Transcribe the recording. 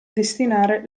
destinare